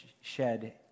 shed